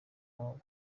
wawe